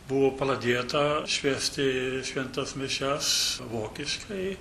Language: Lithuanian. buvo pradėta švęsti šventas mišias vokiškai